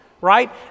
right